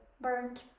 burnt